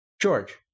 George